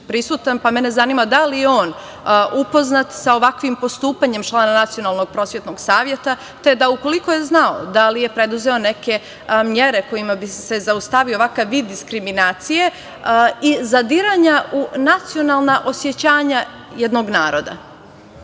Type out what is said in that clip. pa me zanima da li je on upoznat sa ovakvim postupanjem člana Nacionalnog prosvetnog saveta, te da ukoliko je znao, da li je preduzeo neke mere kojima bi se zaustavio ovakav vid diskriminacije i zadiranja u nacionalna osećanja jednog naroda. Dakle,